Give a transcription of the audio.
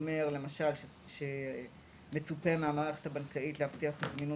למשל: "מצופה מהמערכת הבנקאית להבטיח את זמינות